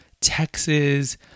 Texas